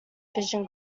vision